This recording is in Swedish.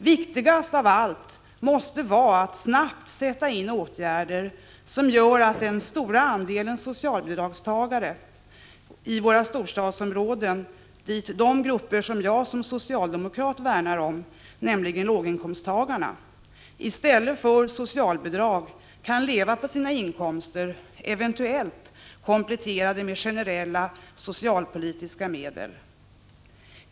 Viktigast av allt måste vara att snabbt sätta in åtgärder som gör att den stora andelen socialbidragstagare i våra storstadsområden, dit jag räknar de grupper som jag som socialdemokrat vill värna om, nämligen låginkomsttagarna, i stället för på socialbidrag kan leva på sina inkomster, eventuellt kompletterade med generella socialpolitiska medel.